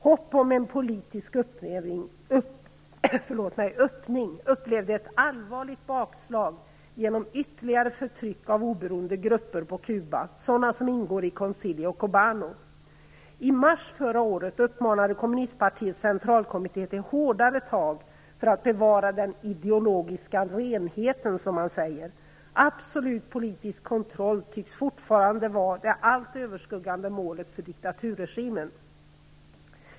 Hoppet om en politisk öppning upplevde ett allvarligt bakslag genom ytterligare förtryck av oberoende grupper på Kuba - sådana som ingår i Consillo Cubano. I mars förra året uppmanade kommunistpartiets centalkommitté till hårdare tag för att bevara den ideologiska renheten som man säger. Absolut politisk kontroll tycks fortfarande vara det allt överskuggande målet för diktaturregimen.